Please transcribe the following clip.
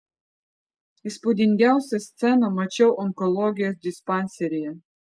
įspūdingiausią sceną mačiau onkologijos dispanseryje